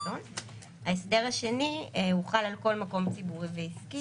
ההסדר השני הוחל על כל מקום ציבורי ועסקי,